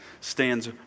stands